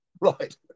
right